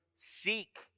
Seek